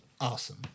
awesome